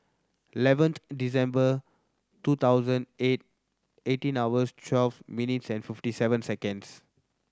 eleventh December two thousand eight eighteen hours twelve minutes fifty seven seconds